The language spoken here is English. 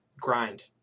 grind